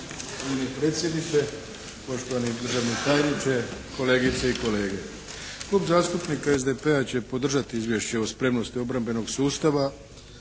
Klub zastupnika SDP-a će podržati izvješće o spremnosti obrambenog sustava